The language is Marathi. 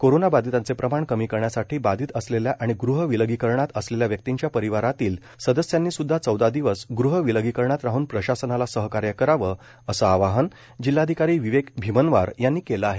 कोरोना बाधितांचे प्रमाण कमी करण्यासाठी बाधित असलेल्या आणि गृह विलगीकरणात असलेल्या व्यक्तीच्या परिवारातील सदस्यांनीसुध्दा चौदा दिवस गृह विलगीकरणात राहन प्रशासनाला सहकार्य करावं असं आवाहन जिल्हाधिकारी विवेक भीमनवार यांनी केलं आहे